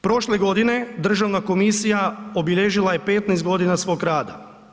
Prošle godine Državna komisija obilježila je 15 g. svog rada.